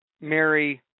Mary